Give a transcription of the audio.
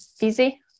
Easy